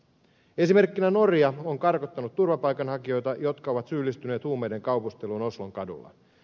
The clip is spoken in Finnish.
esimerkiksi norja on karkottanut turvapaikanhakijoita jotka ovat syyllistyneet huumeiden kaupusteluun oslon kaduilla